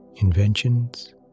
inventions